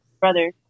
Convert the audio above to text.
brother